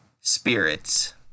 Spirits